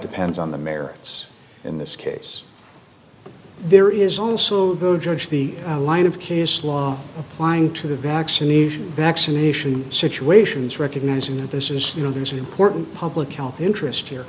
depends on the merits in this case but there is also the judge the line of case law applying to the vaccination vaccination situations recognizing that this is you know there's an important public health interest here